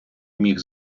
міг